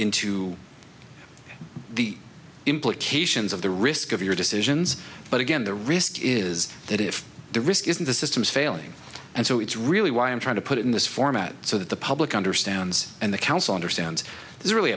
into the implications of the risk of your decisions but again the risk is that if the risk isn't the system's failing and so it's really why i'm trying to put it in this format so that the public understands and the council understands this is really